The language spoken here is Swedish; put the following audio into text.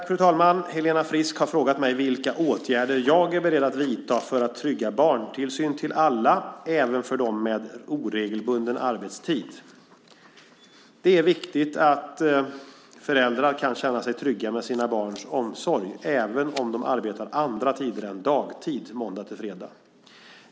Fru talman! Helena Frisk har frågat mig vilka åtgärder jag är beredd att vidta för att trygga barntillsyn till alla, även för dem med oregelbunden arbetstid. Det är viktigt att föräldrar kan känna sig trygga med sina barns omsorg, även om de arbetar andra tider än dagtid måndag till fredag.